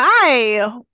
Hi